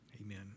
Amen